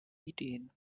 ideen